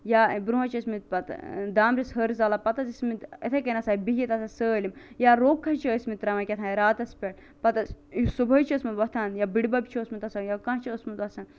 یا برونٛہہ حظ چھِ پَتہٕ دامبرس ہیٚر زالان پتہٕ حٕظ ٲسمتۍ اِتھے کنۍ آسان بِہِتھ آسان سٲلِم یا روٚک حظ چھِ ٲسمتۍ تراوان کیاہ تھانٛۍ راتَس پیٚٹھ پتہٕ حظ یُس صُبحٲے چھ اوسمُت وۄتھان یا بٕڑ بب چھُ اوسمُت آسان یا کانٛہہ چھُ اوسمُت آسان